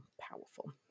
powerful